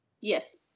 Yes